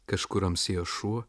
kažkur amsėjo šuo